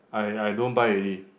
I I don't buy already